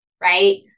right